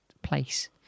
place